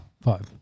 five